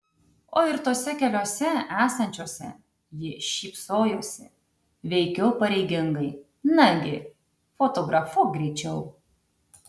o ir tose keliose esančiose ji šypsojosi veikiau pareigingai nagi fotografuok greičiau